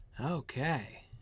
Okay